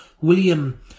William